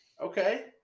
Okay